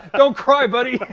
don't cry, buddy.